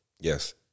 Yes